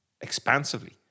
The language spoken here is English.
expansively